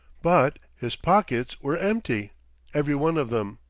but his pockets were empty every one of them.